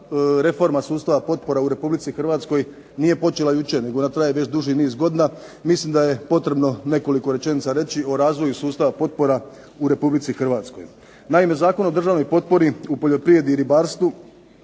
reforma sustava potpora u RH nije počela jučer nego ona traje već duži niz godina mislim da je potrebno nekoliko rečenica reći o razvoju sustava potpora u RH. Naime, Zakon o državnoj potpori u poljoprivredi i ribarstvu